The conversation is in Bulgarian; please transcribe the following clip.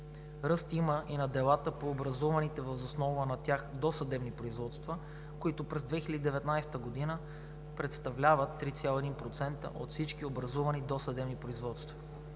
Ръст има и на делата по образуваните въз основа на тях досъдебни производства, които през 2019 г. представляват 3,1% от всички образувани досъдебни производства.